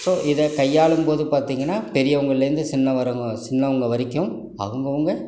so இதை கையாளும்போது பார்த்தீங்கன்னா பெரியவங்களேந்து சின்னவரவங்க சின்னவங்கள் வரைக்கும் அவங்கவங்கள்